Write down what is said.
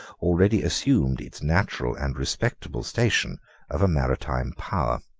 already assumed its natural and respectable station of a maritime power.